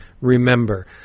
Remember